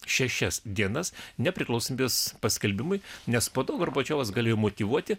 šešias dienas nepriklausomybės paskelbimui nes po to gorbačiovas galėjo motyvuoti